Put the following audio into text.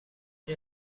این